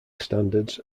standards